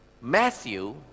Matthew